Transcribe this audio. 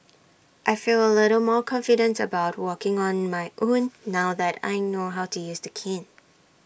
I feel A little more confident about walking on my own now that I know how to use the cane